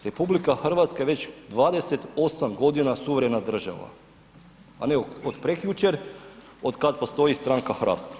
RH je već 28 suverena država, a ne od prekjučer od kad postoji stranka HRAST.